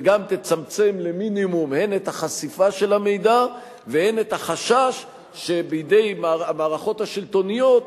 וגם תצמצם למינימום את החשיפה של המידע ואת החשש שבידי מערכות השלטוניות